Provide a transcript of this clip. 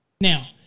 Now